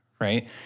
Right